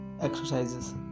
exercises